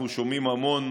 אנחנו שומעים המון,